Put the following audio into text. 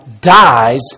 dies